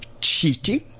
cheating